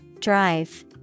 Drive